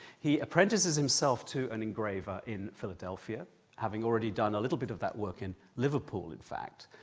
he apprentices himself to an engraver in philadelphia, having already done a little bit of that work in liverpool, in fact.